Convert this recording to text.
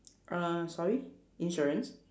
uh sorry insurance